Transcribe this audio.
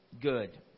good